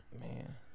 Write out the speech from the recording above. Man